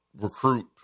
recruit